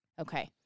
Okay